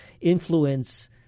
influence